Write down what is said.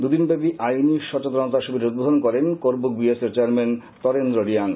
দুইদিনব্যাপী আইনী সচেতনতা শিবিরের উদ্বোধন করেন করবুক বিএসি চেয়ারম্যান তরেন্দ্র রিয়াং